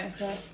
okay